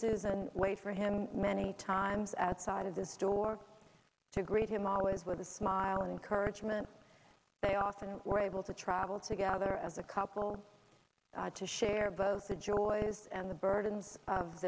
susan wait for him many times at side of his door to greet him always with a smile and encouragement they often were able to travel together as a couple to share both the joys and the burdens of